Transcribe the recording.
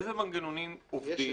איזה מנגנונים עובדים.